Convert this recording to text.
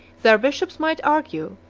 their bishops might argue,